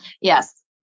Yes